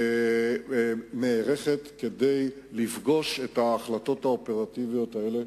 והיא נערכת ליישם את ההחלטות האופרטיביות האלה,